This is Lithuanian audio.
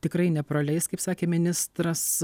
tikrai nepraleis kaip sakė ministras